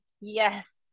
yes